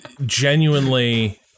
genuinely